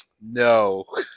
no